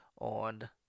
on